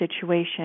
situation